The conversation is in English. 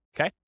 okay